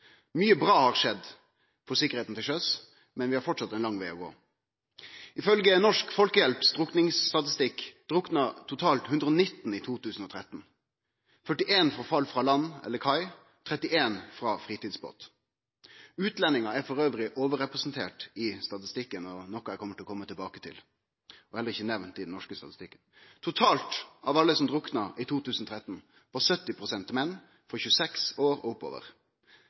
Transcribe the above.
Mykje bra har skjedd for sikkerheita til sjøs, men vi har framleis ein lang veg å gå. Ifølge Norsk Folkehjelps drukningsstatistikk drukna totalt 119 personar i 2013 – 41 etter fall frå land eller kai, 31 var i fritidsbåt. Utlendingar er elles overrepresenterte i statistikken, og noko eg kjem til å kome tilbake til – dei er heller ikkje nemnde i den norske statistikken. Totalt, av alle som drukna i 2013, var 70 pst. menn frå 26 år og oppover.